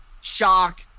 shock